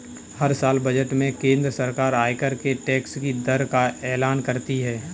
हर साल बजट में केंद्र सरकार आयकर के टैक्स की दर का एलान करती है